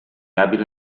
abile